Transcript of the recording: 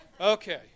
Okay